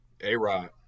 A-Rod